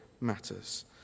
matters